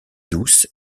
douce